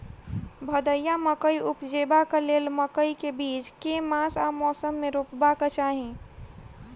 भदैया मकई उपजेबाक लेल मकई केँ बीज केँ मास आ मौसम मे रोपबाक चाहि?